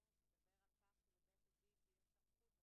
עשינו בדיני הגנת הצרכן,